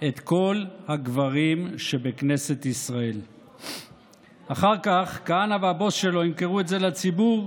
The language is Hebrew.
אז הוא כנראה צריך לטוס לארץ אחרת ולחפש לו איזו פינה שקטה,